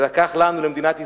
ולקח לנו, למדינת ישראל,